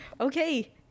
Okay